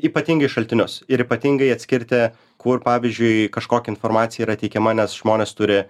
ypatingi šaltinius ir ypatingai atskirti kur pavyzdžiui kažkokia informacija yra teikiama nes žmonės turi